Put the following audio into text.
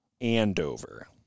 Andover